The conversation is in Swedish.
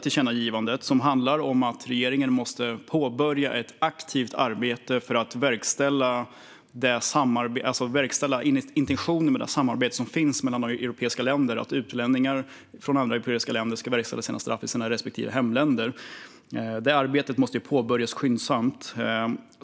Tillkännagivandet handlar om att regeringen måste påbörja ett aktivt arbete för att verkställa intentionen med det samarbete som finns mellan europeiska länder när det gäller att utlänningar från andra europeiska länder ska få sina straff verkställda i sina respektive hemländer. Detta arbete måste påbörjas skyndsamt.